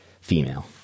female